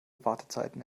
wartezeiten